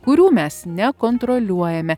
kurių mes nekontroliuojam